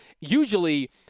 usually